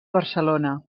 barcelona